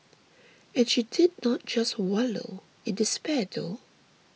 and she did not just wallow in despair though